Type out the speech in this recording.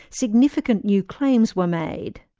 significant new claims were made.